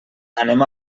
anem